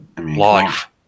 Life